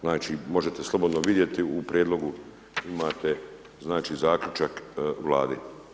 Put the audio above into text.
Znači, možete slobodno vidjeti u prijedlogu imate, znači, Zaključak Vlade.